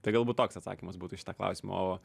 tai galbūt toks atsakymas būtų į šitą klausimą o